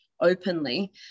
openly